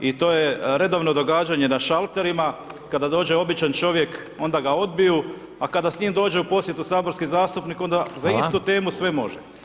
I to je redovno događanje na šalterima, kada dođe običan čovjek, onda ga odbiju, a kada s njim dođe u posjetu saborski zastupnik, onda za istu temu sve može.